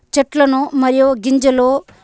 చెట్లను మరియు గింజలు